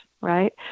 right